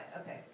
Okay